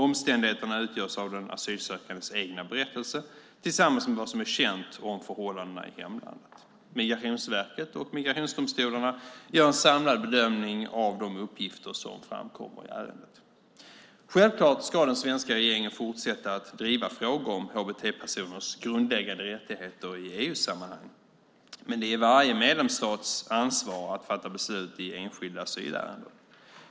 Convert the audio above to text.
Omständigheterna utgörs av den asylsökandes egen berättelse tillsammans med vad som är känt om förhållandena i hemlandet. Migrationsverket och migrationsdomstolarna gör en samlad bedömning av de uppgifter som framkommer i ärendet. Självklart ska den svenska regeringen fortsätta att driva frågor om hbt-personers grundläggande rättigheter i EU-sammanhang men det är varje medlemsstats ansvar att fatta beslut i enskilda asylärenden.